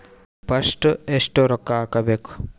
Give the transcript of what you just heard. First ಎಷ್ಟು ರೊಕ್ಕ ಹಾಕಬೇಕು?